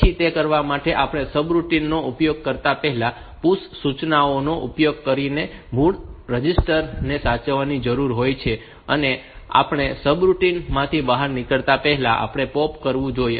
પછી તે કરવા માટે આપણે સબરૂટીન માં ઉપયોગ કરતા પહેલા PUSH સૂચનાઓનો ઉપયોગ કરીને મૂળ રજીસ્ટર ને સાચવવાની જરૂર હોય છે અને આપણે સબરૂટીન માંથી બહાર નીકળતા પહેલા આપણે તેને POP કરવું જોઈએ